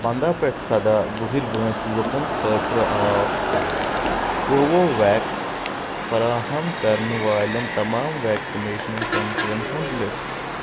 پَنٛداہ پٮ۪ٹھ سَداہ وُہِرۍ وٲنٛسہِ لُکَن خٲطرٕ آو کووو ویٚکس فراہم کرنہٕ والٮ۪ن تمام ویکسنیشنن سینٹرن ہُنٛد لسٹ